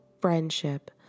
friendship